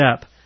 up